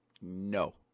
No